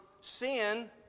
sin